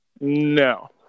no